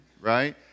right